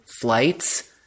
flights